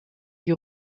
die